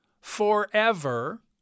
forever